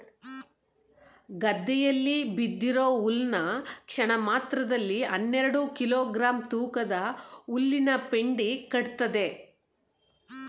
ಗದ್ದೆಯಲ್ಲಿ ಬಿದ್ದಿರೋ ಹುಲ್ನ ಕ್ಷಣಮಾತ್ರದಲ್ಲಿ ಹನ್ನೆರೆಡು ಕಿಲೋ ಗ್ರಾಂ ತೂಕದ ಹುಲ್ಲಿನಪೆಂಡಿ ಕಟ್ತದೆ